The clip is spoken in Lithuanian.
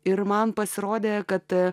ir man pasirodė kad